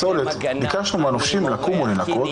קח את צוות ההסברה של עמותת נקי לגדת הנחל הכי מסובכת שלך,